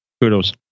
Kudos